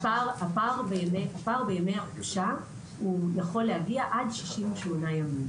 הפער בימי החופשה יכול להגיע עד 68 ימים,